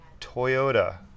Toyota